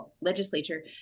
legislature